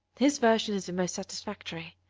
his version is the most satisfactory.